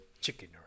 Chicken